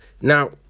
Now